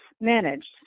managed